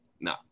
No